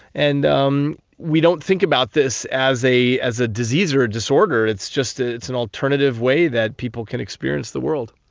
and um we don't think about this as a as a disease or a disorder, it's just ah an alternative way that people can experience the world.